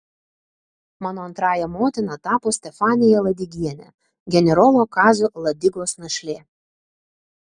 mano antrąja motina tapo stefanija ladigienė generolo kazio ladigos našlė